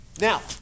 Now